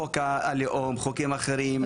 חוק הלאום חוקים אחרים.